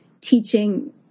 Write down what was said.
teaching